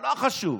לא חשוב,